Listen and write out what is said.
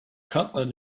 cutlet